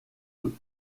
eux